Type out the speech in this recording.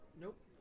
Nope